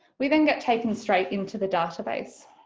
we then get taken straight into the database.